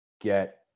get